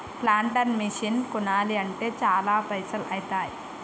planter machine కొనాలి అంటే చాల పైసల్ ఐతాయ్